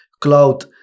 cloud